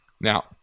Now